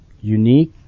Unique